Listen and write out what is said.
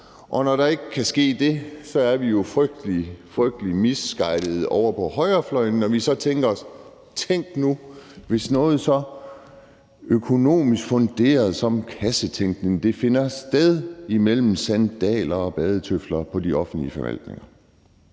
Når der ikke kan ske det, er vi jo frygtelig, frygtelig vildledte ovre på højrefløjen, når vi så tænker: Tænk nu, hvis noget så økonomisk funderet som kassetænkning finder sted imellem sandaler og badetøfler på de offentlige forvaltninger.